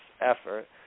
effort